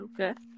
okay